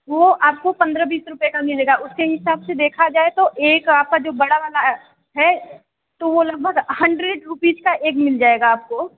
वो आपको पंद्रह बीस रुपये का मिलेगा उसके हिसाब से देखा जाए तो एक आपका जो बड़ा वाला है तो वो लगभग हंड्रेड रुपीज का एक मिल जाएगा आपको